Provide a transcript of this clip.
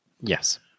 Yes